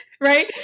Right